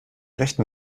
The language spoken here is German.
rechten